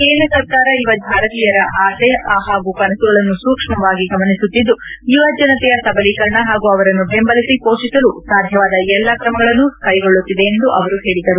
ಕೇಂದ್ರ ಸರ್ಕಾರ ಯುವ ಭಾರತೀಯರ ಆಸೆ ಹಾಗೂ ಕನಸುಗಳನ್ನು ಸೂಕ್ಷ್ಮವಾಗಿ ಗಮನಿಸುತ್ತಿದ್ದು ಯುವಜನತೆಯ ಸಬಲೀಕರಣ ಹಾಗೂ ಅವರನ್ನು ಬೆಂಬಲಿಸಿ ಪೋಷಿಸಲು ಸಾಧ್ಯವಾದ ಎಲ್ಲ ಕ್ರಮಗಳನ್ನು ಕೈಗೊಳ್ಳುತ್ತಿದೆ ಎಂದು ಅವರು ಹೇಳಿದರು